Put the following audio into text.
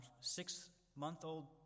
six-month-old